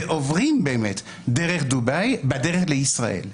ועוברים באמת דרך דובאי בדרך לישראל.